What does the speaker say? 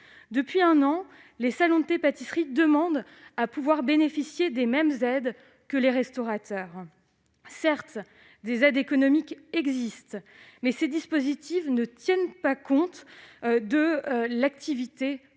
Depuis un an, les salons de thé-pâtisseries demandent à bénéficier des mêmes aides que les restaurateurs. Certes, des aides économiques existent, mais ces dispositifs ne tiennent pas compte de l'activité de salon de